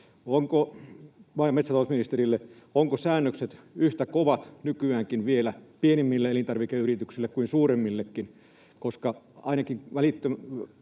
ovatko säännökset vielä nykyäänkin yhtä kovat pienimmille elintarvikeyrityksille kuin suurimmillekin?